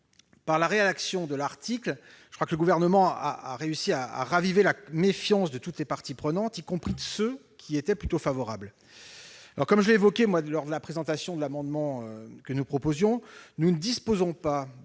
Par la rédaction de l'article, le Gouvernement a réussi à raviver la méfiance de toutes les parties prenantes, y compris de celles qui y étaient plutôt favorables. Comme je l'ai évoqué de lors de la présentation de notre amendement, nous ne disposons pas